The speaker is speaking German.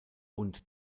und